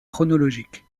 chronologique